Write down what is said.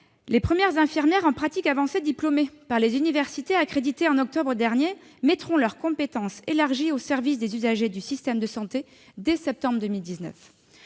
Les premières infirmières en pratique avancée diplômées par les universités accréditées en octobre dernier mettront leurs compétences élargies au service des usagers du système de santé dès septembre 2019.